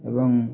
ଏବଂ